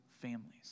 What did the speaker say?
families